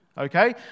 Okay